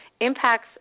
impacts